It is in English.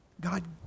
God